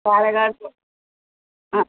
പാലക്കാട് പോ ആ